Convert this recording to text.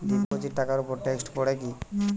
Deposit টাকার উপর tax পড়ে কি?